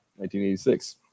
1986